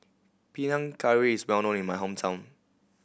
Panang Curry is well known in my hometown